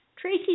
Tracy